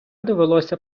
довелося